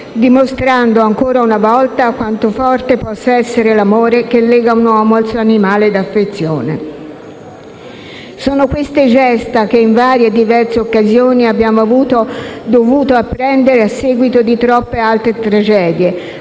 dimostrando ancora una volta quanto forte possa essere l'amore che lega un uomo al suo animale d'affezione. Sono queste gesta che in varie e diverse occasioni abbiamo dovuto apprendere a seguito di troppe altre tragedie.